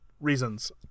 reasons